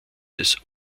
des